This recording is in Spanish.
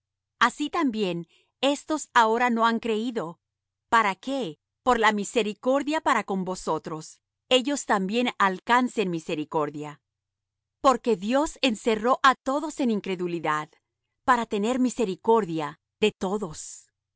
así también éstos ahora no ha creído para que por la misericordia para con vosotros ellos también alcancen misericordia porque dios encerró á todos en incredulidad para tener misericordia de todos oh